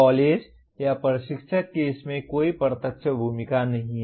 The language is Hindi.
कॉलेज या प्रशिक्षक की इसमें कोई प्रत्यक्ष भूमिका नहीं है